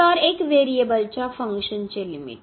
तरएक व्हेरिएबलच्या फंक्शनचे लिमिट